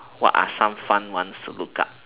what are some fun ones to look up